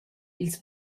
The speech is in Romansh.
ils